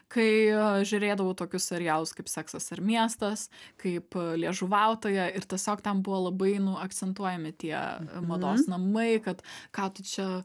kai žiūrėdavau tokius serialus kaip seksas ir miestas kaip liežuvautoja ir tiesiog ten buvo labai akcentuojami tie mados namai kad ką tu čia